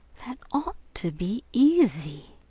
that ought to be easy.